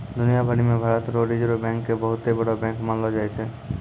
दुनिया भरी मे भारत रो रिजर्ब बैंक के बहुते बड़ो बैंक मानलो जाय छै